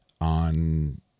on